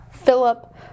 Philip